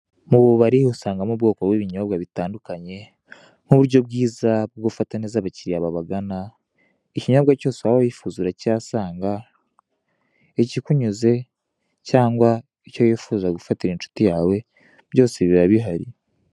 Mu bubari usangamo ubwoko bw'ibinyobwa bitandukanye nk'uburyo bwiza bwo gufata neza abakiriya babagana, ikinyobwa cyose waba wifuza urakihasanga ikikunyuze cyangwa icyo wifuza gufatira inshuti yawe byose biba bihari.